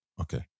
Okay